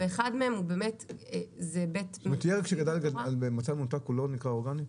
ירק שגדל במצע מנותק הוא לא נקרא אורגני.